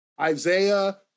Isaiah